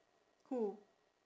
who